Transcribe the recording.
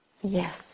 Yes